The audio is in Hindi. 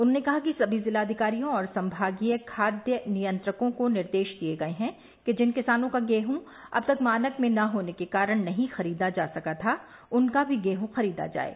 उन्होंने कहा कि सभी जिलाधिकारियों और संभागीय खाद्य नियंत्रकों को निर्देश दिये गये हैं कि जिन किसानों का गेहूं अब तक मानक में न होने के कारण नहीं खरीदा जा सका था उनका भी गेहूं खरीदा जाये